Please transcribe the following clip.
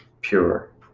pure